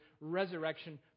resurrection